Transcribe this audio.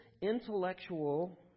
intellectual